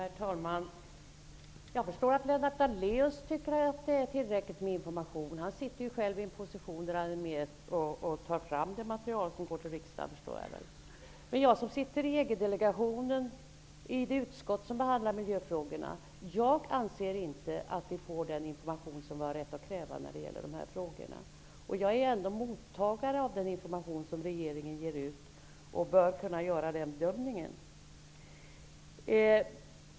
Herr talman! Jag förstår att Lennart Daléus tycker att det är tillräckligt med information. Han sitter själv i en position där han är med om att ta fram det material som går till riksdagen. Jag som sitter i EG delegationen och i det utskott som behandlar miljöfrågorna anser inte att vi får den information som vi har rätt att kräva i dessa frågor. Jag är ändock mottagare av den information som regeringen ger ut och bör kunna göra en bedömning.